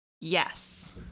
yes